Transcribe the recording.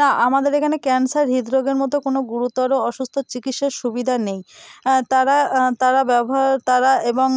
না আমাদের এখানে ক্যান্সার হৃদরোগের মতো কোনো গুরুতর অসুস্থর চিকিৎসার সুবিধা নেই তারা তারা ব্যবহার তারা এবং